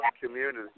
community